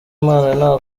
imana